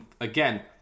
again